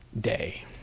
day